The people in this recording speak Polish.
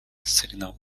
sygnał